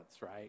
right